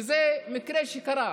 וזה מקרה שקרה: